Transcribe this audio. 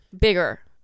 Bigger